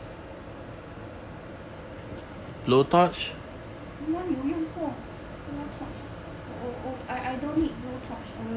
我哪里有用过 blow torch 我我 I I don't need blow torch err